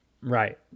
Right